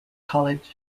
college